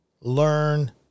learn